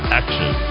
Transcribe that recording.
action